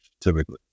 typically